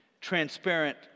transparent